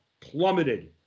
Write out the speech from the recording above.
plummeted